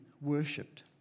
worshipped